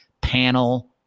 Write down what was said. panel